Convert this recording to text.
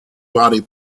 body